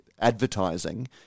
advertising